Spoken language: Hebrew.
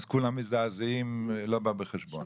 כולם מזדעזעים וזה לא בא בחשבון.